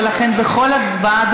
ולכן בכל הצבעה,